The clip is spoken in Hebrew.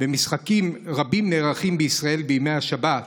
ומשחקים רבים נערכים בישראל בימי השבת,